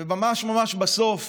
וממש ממש בסוף